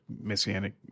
messianic